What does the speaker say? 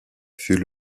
fut